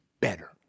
better